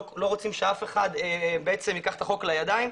אנחנו לא רוצים שייקחו את החוק לידיים.